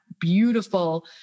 beautiful